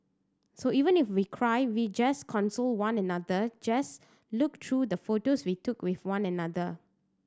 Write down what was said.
so even if we cry we just console one another just look through the photos we took with one another